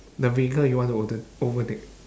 the vehicle you want to over~ overtake